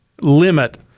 limit